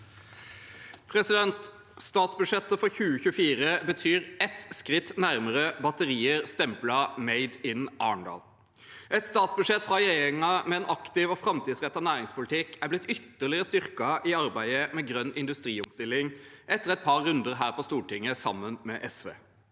Statsbudsjettet for 2024 betyr ett skritt nærmere batterier stemplet «made in Arendal». Et statsbudsjett fra regjeringen med en aktiv og framtidsrettet næringspolitikk er blitt ytterligere styrket i arbeidet med grønn industriomstilling etter et par runder med SV her på Stortinget.